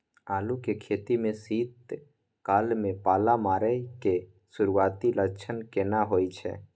आलू के खेती में शीत काल में पाला मारै के सुरूआती लक्षण केना होय छै?